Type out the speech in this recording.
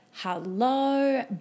Hello